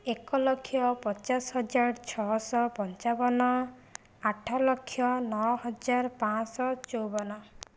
ଏକ ଲକ୍ଷ ପଚାଶ ହଜାର ଛଅଶହ ପଞ୍ଚାବନ ଆଠ ଲକ୍ଷ ନଅ ହଜାର ପାଞ୍ଚଶହ ଚଉବନ